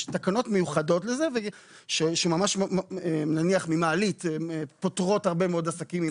יש תקנות מיוחדות לזה שממש פוטרות נניח ממעלית הרבה מאוד עסקים.